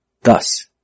Thus